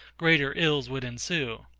greater ills would ensue.